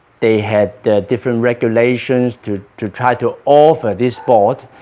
they had different regulations to to try to offer this sport